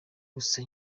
gusa